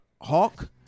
Hawk